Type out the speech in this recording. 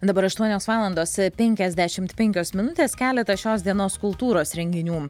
dabar aštuonios valandos penkiasdešimt penkios minutės keletas šios dienos kultūros renginių